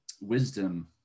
Wisdom